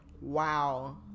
wow